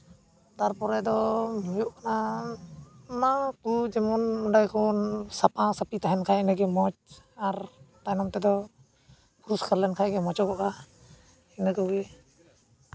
ᱛᱟᱨᱯᱚᱨᱮ ᱫᱚ ᱦᱩᱭᱩᱜ ᱠᱟᱱᱟ ᱮᱢᱟᱣᱠᱩ ᱡᱮᱢᱚᱱ ᱚᱸᱰᱮ ᱠᱷᱚᱱ ᱥᱟᱯᱷᱟ ᱥᱟᱯᱷᱤ ᱛᱟᱦᱮᱱ ᱠᱷᱟᱡ ᱮᱰᱜᱮ ᱢᱚᱡᱽ ᱟᱨ ᱛᱟᱭᱱᱚᱢ ᱛᱮᱫᱚ ᱯᱚᱨᱤᱥᱠᱟᱨ ᱞᱮᱱᱠᱷᱟᱡ ᱜᱮ ᱢᱚᱡᱚᱜᱚᱜᱼᱟ ᱤᱱᱟᱹ ᱠᱚᱜᱮ